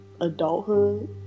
adulthood